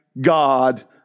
God